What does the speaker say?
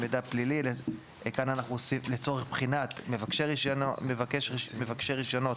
מידע פלילי לצורך בחינת מבקשי רישיונות